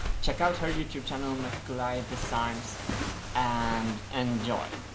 check out her youtube channel, meticulae designs and. enjoy!